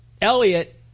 Elliot